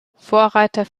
vorreiter